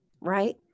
right